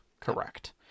correct